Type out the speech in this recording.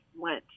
went